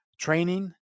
training